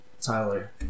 Tyler